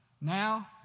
Now